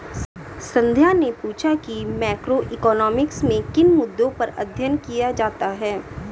संध्या ने पूछा कि मैक्रोइकॉनॉमिक्स में किन मुद्दों पर अध्ययन किया जाता है